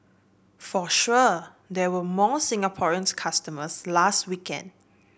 for sure there were more Singaporeans customers last weekend